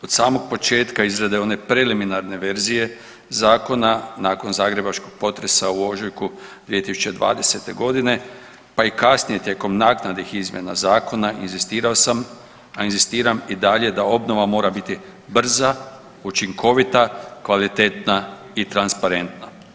Od samog početka izrade onog preliminarne verzije zakona, nakon zagrebačkog potresa u ožujku 2020. godine pa i kasnije tijekom naknadnih izmjena zakona inzistirao sam, a inzistiram i dalje da obnova mora biti brza, učinkovita, kvalitetna i transparentna.